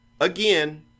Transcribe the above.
again